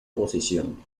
posición